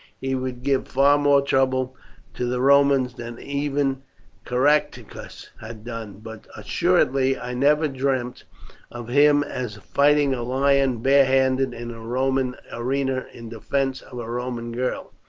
he would give far more trouble to the romans than even caractacus had done. but assuredly i never dreamt of him as fighting a lion barehanded in a roman arena in defence of a roman girl.